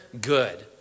good